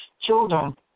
children